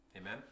Amen